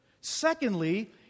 Secondly